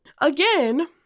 Again